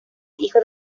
hijo